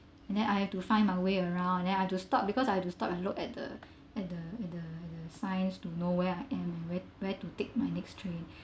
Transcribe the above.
and then I have to find my way around and then I have to stop because I have to stop and look at the at the at the at the signs to know where I am and wait where to take my next train